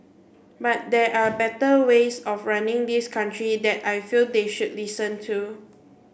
but there are better ways of running this country that I feel they should listen to